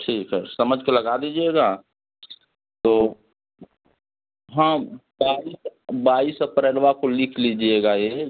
ठीक है समझ के लगा दीजिएगा तो हाँ बाइस बाइस अप्रैलवा को लिख लीजिएगा ये